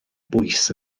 bwys